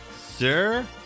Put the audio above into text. Sir